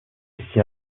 s’y